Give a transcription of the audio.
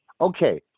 Okay